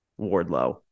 Wardlow